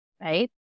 right